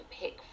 pick